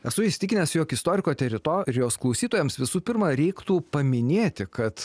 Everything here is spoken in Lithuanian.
esu įsitikinęs jog istoriko teritorijos klausytojams visų pirma reiktų paminėti kad